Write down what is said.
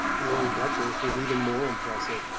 the old duchess was even more impressive,